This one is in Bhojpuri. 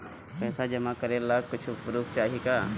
पैसा जमा करे ला कुछु पूर्फ चाहि का?